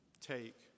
take